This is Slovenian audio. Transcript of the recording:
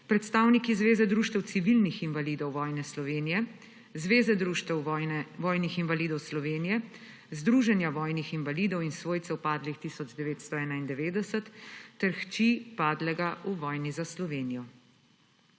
predstavniki Zveze društev civilnih invalidov vojne Slovenije, Zveze društev vojnih invalidov Slovenije, Združenja vojnih invalidov in svojcev padlih 1991 ter hči padlega v vojni za Slovenijo.